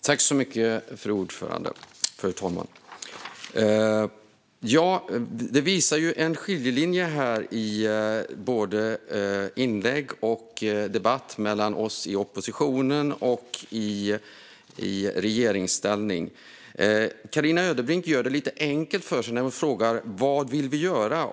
Fru talman! Det finns en skiljelinje i både inlägg och debatt mellan oss i oppositionen och dem i regeringsställning. Carina Ödebrink gör det lite enkelt för sig när hon frågar vad vi vill göra.